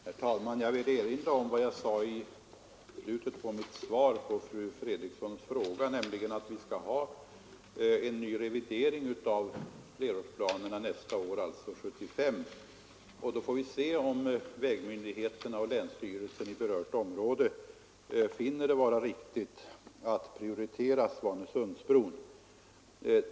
Herr talman! Jag vill erinra om vad jag sade i slutet av mitt svar på fru Fredriksons fråga, nämligen att vi skall ha en ny revidering av flerårsplanerna nästa år, alltså 1975. Då får vi se om vägmyndigheterna och länsstyrelsen i berört område finner det vara riktigt att prioritera Svanesundsbron.